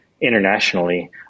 internationally